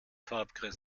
farbkreis